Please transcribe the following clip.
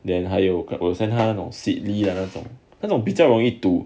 then 还有我 send 他那种 seedly 的那种那种比较容易读